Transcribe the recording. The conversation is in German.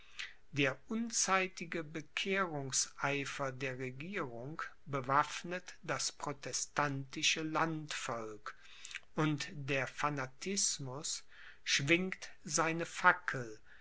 der unzeitige bekehrungseifer der regierung bewaffnet das protestantische landvolk und der fanatismus schwingt seine fackel